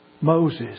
Moses